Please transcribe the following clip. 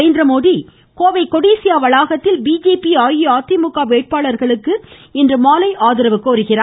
நரேந்திரமோடி கோவை கொடீசியா வளாகத்தில் பிஜேபி அஇஅதிமுக வேட்பாளர்களுக்கு இன்றுமாலை ஆதரவு கோருகிறார்